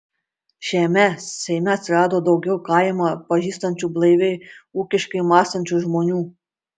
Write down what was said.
šiame seime atsirado daugiau kaimą pažįstančių blaiviai ūkiškai mąstančių žmonių